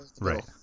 right